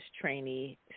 trainee